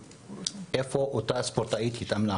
איפה אותה ספורטאית התאמנה?